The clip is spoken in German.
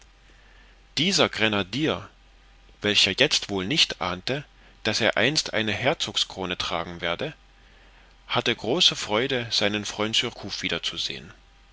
dieser grenadier welcher jetzt wohl nicht ahnte daß er einst eine herzogskrone tragen werde hatte große freude seinen freund surcouf wiederzusehen